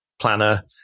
planner